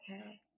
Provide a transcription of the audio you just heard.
okay